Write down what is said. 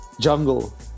Jungle